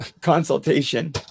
Consultation